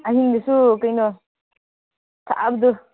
ꯑꯍꯤꯡꯗꯁꯨ ꯀꯩꯅꯣ ꯁꯥꯕꯗꯨ